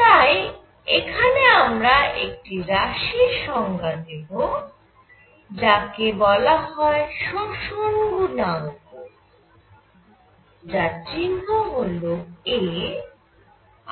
তাই এখানে আমরা একটি রাশির সংজ্ঞা দেব যাকে বলা হয় শোষণ গুণাঙ্ক যার চিহ্ন হল a